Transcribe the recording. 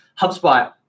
HubSpot